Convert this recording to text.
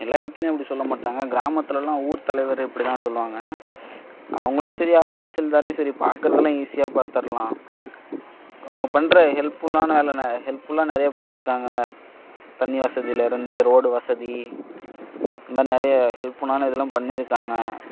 எல்லா இடத்துலையும் அப்படி சொல்ல மாட்டாங்க கிராமத்துலலாம் ஊர்த் தலைவர் இப்படி தான் சொல்லுவாங்க அவங்களயும் சரி ஆ தாசில்தாரையும் சரி பார்க்குறதல்லாம் ஈஸியாக பார்த்தர்லாம் அவங்க பண்ணுற ஹெல்ப்ஃபுல்லான நல்ல ந ஹெல்ப்ஃபுல்லாக நிறையா பண்ணியிருக்காங்க தண்ணி வசதிலேருந்து ரோடு வசதி இது மாதிரி நிறைய ஹெல்ப்ஃபுல்லான இதுல்லாம் பண்ணியிருக்காங்க